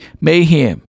mayhem